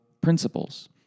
principles